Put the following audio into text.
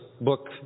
book